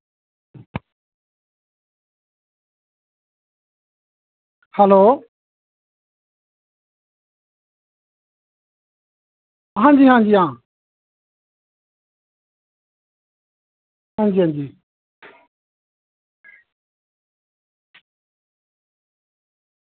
hello हां जी हां जी हां हां जी हां जी